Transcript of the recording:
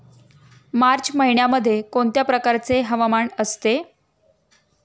मार्च महिन्यामध्ये कोणत्या प्रकारचे हवामान असते?